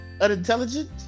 unintelligent